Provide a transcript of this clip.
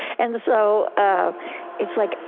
and so it's like,